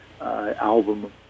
album